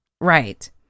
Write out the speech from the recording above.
Right